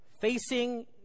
Facing